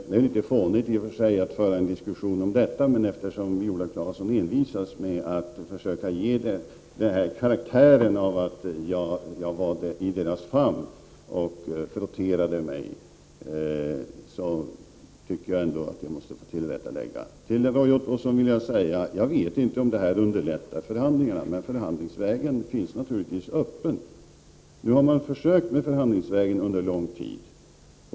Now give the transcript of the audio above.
Det är i och för sig litet fånigt att föra en diskussion om detta, men eftersom Viola Claesson envisas med att försöka ge detta möte karaktären av att jag var i deras famn och frotterade mig tycker jag ändå att jag måste få göra detta tillrättaläggande. Till Roy Ottosson vill jag säga att jag inte vet om detta underlättar förhandlingarna, men förhandlingsvägen finns naturligtvis öppen. Nu har man försökt använda förhandlingsvägen under lång tid.